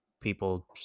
people